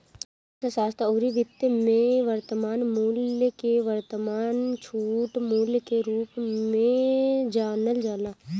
अर्थशास्त्र अउरी वित्त में वर्तमान मूल्य के वर्तमान छूट मूल्य के रूप में जानल जाला